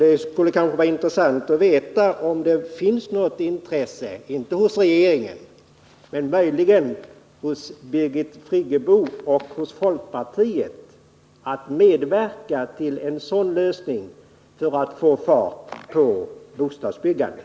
Det skulle vara av värde att få veta om det finns något intresse, inte hos regeringen men möjligen hos Birgit Friggebo och hos folkpartiet, att medverka till en sådan lösning för att få fart på bostadsbyggandet.